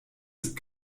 ist